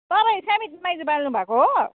तपाईँ सारिका माइज्यू बोल्नु भएको हो